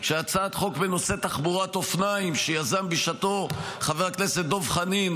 הצעת חוק בנושא תחבורת אופניים שיזם בשעתו חבר הכנסת דב חנין,